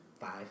five